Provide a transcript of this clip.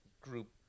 group